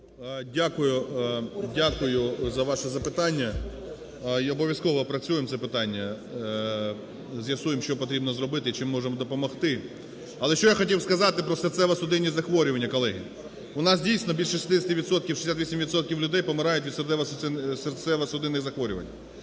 Дякую за ваше запитання і обов'язково опрацюємо це питання, з'ясуємо, що потрібно зробити, чим можемо допомогти. Але що я хотів би сказати про серцево-судинні захворювання, колеги. У нас дійсно більше 60 відсотків, 68 відсотків людей помирає від серцево-судинних захворювань.